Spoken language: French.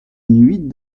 huit